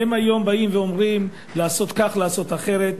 היום באים ואומרים לעשות כך ולעשות אחרת,